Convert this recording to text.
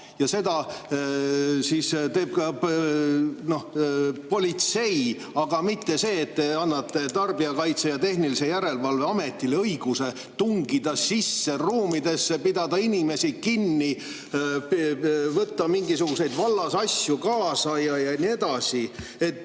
ja seda teeb politsei, aga te annate Tarbijakaitse ja Tehnilise Järelevalve Ametile õiguse tungida ruumidesse, pidada inimesi kinni, võtta mingisuguseid vallasasju kaasa ja nii edasi.